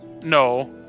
No